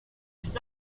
les